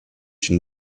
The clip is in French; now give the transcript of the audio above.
une